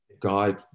guide